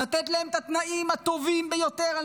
לתת להם את התנאים הטובים ביותר על